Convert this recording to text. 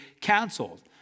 canceled